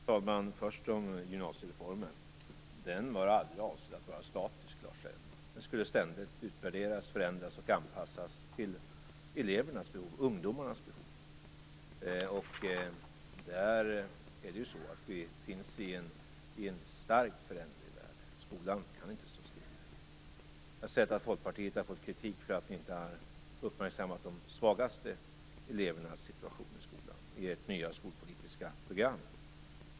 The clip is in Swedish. Fru talman! Först några ord om gymnasiereformen. Den var aldrig avsedd att vara statisk, Lars Leijonborg. Den skulle ständigt utvärderas, förändras och anpassas till ungdomarnas behov. Vi befinner oss i en starkt föränderlig värld. Skolan kan inte stå still. Jag har sett att Folkpartiet har fått kritik för att ni inte har uppmärksammat de svagaste elevernas situation i skolan i ert nya skolpolitiska program.